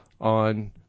on